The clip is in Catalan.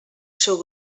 seu